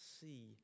see